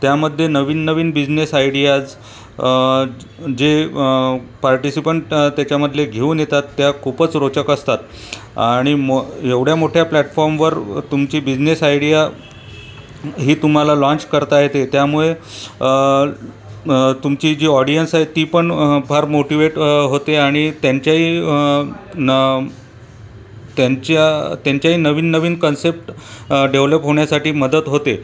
त्यामध्ये नवीननवीन business ideas जे पार्टिसिपन्ट त्याच्यामधले घेऊन येतात त्या खूपच रोचक असतात आणि एवढ्या मोठ्या प्लॅटफॉर्मवर तुमची बिझनेस आयडिया ही तुम्हाला लाँच करता येते त्यामुळे तुमची जी ऑडियन्स आहे ती पण फार मोटिव्हेट होते आणि त्यांच्याही त्यांच्या त्यांच्याही नवीननवीन कन्सेप्ट डेव्हलप होण्यासाठी मदत होते